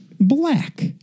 black